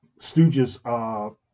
stooges